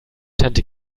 tante